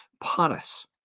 Paris